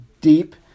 deep